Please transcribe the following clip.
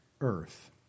earth